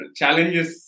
challenges